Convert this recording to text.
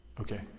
Okay